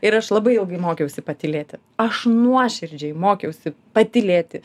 ir aš labai ilgai mokiausi patylėti aš nuoširdžiai mokiausi patylėti